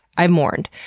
i mourned.